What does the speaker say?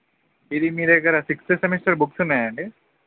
ఇది మీ దగ్గర సిక్స్త్ సెమిస్టర్ బుక్స్ ఉన్నాయండి